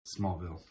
Smallville